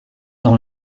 dans